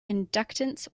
inductance